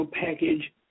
package